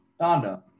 Donda